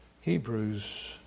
Hebrews